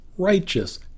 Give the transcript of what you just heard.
righteous